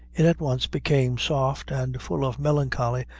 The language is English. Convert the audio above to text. it at once became soft and full of melancholy,